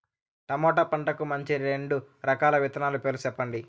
tomato పంటకు మంచి రెండు రకాల విత్తనాల పేర్లు సెప్పండి